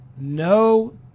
No